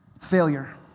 failure